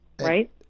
Right